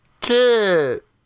Kit